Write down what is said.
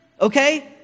okay